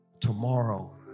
tomorrow